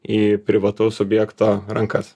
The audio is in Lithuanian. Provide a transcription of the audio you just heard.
į privataus subjekto rankas